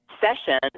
session